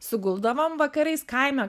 suguldavom vakarais kaime